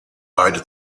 beide